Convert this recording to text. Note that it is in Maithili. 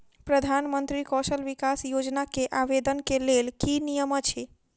प्रधानमंत्री कौशल विकास योजना केँ आवेदन केँ लेल की नियम अछि?